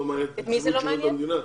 לא מעניין את נציבות שירות המדינה.